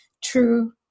true